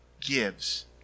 gives